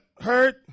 hurt